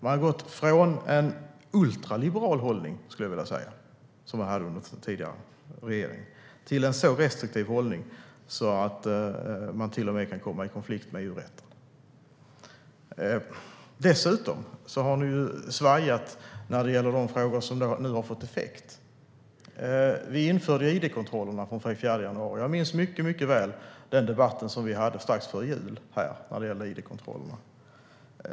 Ni har gått från en ultraliberal hållning, som ni hade i den tidigare regeringen, till en så restriktiv hållning att den till och med kan komma i konflikt med EU-rätten. Dessutom har ni svajat i de frågor som nu har fått effekt. Vi införde id-kontrollerna den 4 januari. Och jag minns mycket väl den debatt vi hade här strax före jul när det gällde id-kontrollerna.